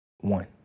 One